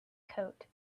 coat